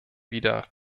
wieder